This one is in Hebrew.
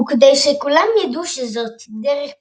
וכדי שכלם ידעו שזאת דרך פרטית,